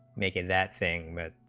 making that thing but